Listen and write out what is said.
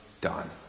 done